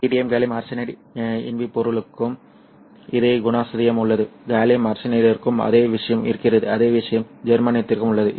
indium gallium arsenide InP பொருளுக்கும் இதே குணாதிசயம் உள்ளது காலியம் ஆர்சனைடிற்கும் அதே விஷயம் இருக்கிறது அதே விஷயம் ஜெர்மானியத்திற்கும் உள்ளது